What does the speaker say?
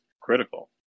critical